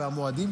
המועדים.